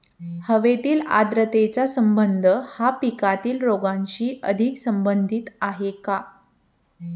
हवेतील आर्द्रतेचा संबंध हा पिकातील रोगांशी अधिक संबंधित आहे का?